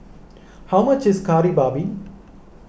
how much is Kari Babi